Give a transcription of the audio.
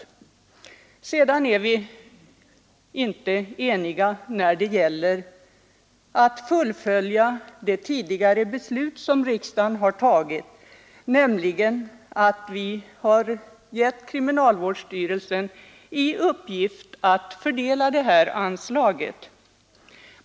Däremot är vi inte eniga om att fullfölja det beslut som riksdagen tidigare har fattat, nämligen att ge kriminalvårdsstyrelsen i uppgift att fördela anslaget.